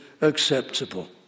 acceptable